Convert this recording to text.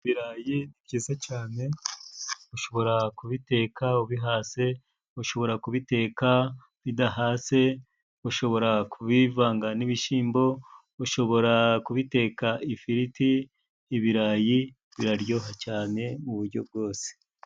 Ibirayi ni byiza cyane, ushobora kubiteka ubihase, ushobora kubiteka bidahase, ushobora kubivanga n'ibishyimbo, ushobora kubiteka ifiriti. Ibirayi biraryoha cyane mu buryo bwose.